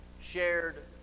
shared